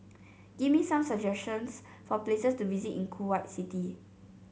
give me some suggestions for places to visit in Kuwait City